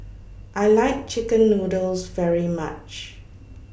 I like Chicken Noodles very much